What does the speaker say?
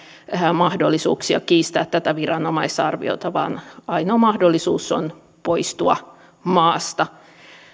mahdollisuuksia kiistää tätä viranomaisarviota vaan ainoa mahdollisuus on poistua maasta